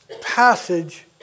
passage